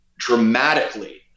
dramatically